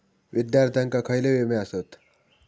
विद्यार्थ्यांका खयले विमे आसत?